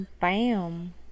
Bam